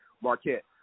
Marquette